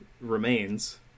remains